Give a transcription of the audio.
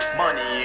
money